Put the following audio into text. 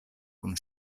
kun